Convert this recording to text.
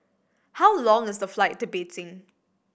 how long is the flight to Beijing